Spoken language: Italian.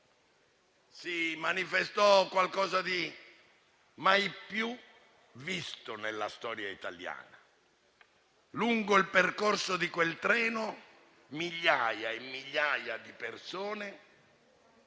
si manifestò qualcosa di mai più visto nella storia italiana: lungo il percorso di quel treno migliaia e migliaia di persone